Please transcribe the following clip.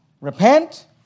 repent